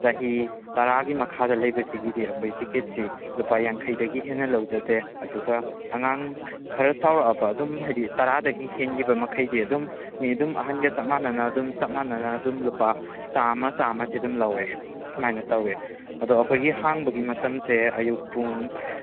ꯆꯍꯤ ꯇꯔꯥꯒꯤ ꯃꯈꯥꯗ ꯂꯩꯕꯁꯤꯡꯒꯤꯗꯤ ꯑꯩꯈꯣꯏ ꯇꯤꯛꯀꯦꯠꯁꯤ ꯂꯨꯄꯥ ꯌꯥꯡꯈꯩꯗꯒꯤ ꯍꯦꯟꯅ ꯂꯧꯖꯗꯦ ꯑꯗꯨꯒ ꯑꯉꯥꯡ ꯈꯔ ꯆꯥꯎꯔꯛꯑꯕ ꯑꯗꯨꯝ ꯍꯥꯏꯗꯤ ꯇꯔꯥꯗꯒꯤ ꯍꯦꯟꯈꯤꯕ ꯃꯈꯩꯗꯤ ꯑꯗꯨꯝ ꯃꯤ ꯑꯗꯨꯝ ꯑꯍꯜꯒ ꯆꯞ ꯃꯥꯅꯅ ꯑꯗꯨꯝ ꯆꯞ ꯃꯥꯅꯅ ꯑꯗꯨꯝ ꯂꯨꯄꯥ ꯆꯥꯃ ꯆꯥꯃꯁꯦ ꯑꯗꯨꯝ ꯂꯧꯏ ꯁꯨꯃꯥꯏꯅ ꯇꯧꯏ ꯑꯗꯣ ꯑꯩꯈꯣꯏꯒꯤ ꯍꯥꯡꯕꯒꯤ ꯃꯇꯝꯁꯦ ꯑꯌꯨꯛ ꯄꯨꯡ